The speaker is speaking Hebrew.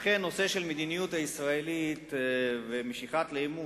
לכן הנושא של המדיניות הישראלית והמשיכה לעימות,